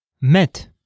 Met